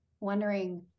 wondering